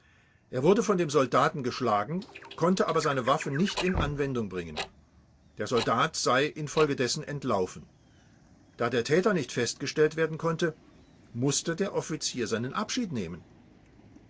er wurde von dem soldaten geschlagen konnte aber seine waffe nicht in anwendung bringen der soldat sei infolgedessen entlaufen da der täter nicht festgestellt werden konnte mußte der offizier seinen abschied nehmen